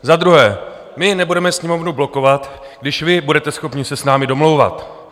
Za druhé, my nebudeme Sněmovnu blokovat, když vy budete schopni se s námi domlouvat.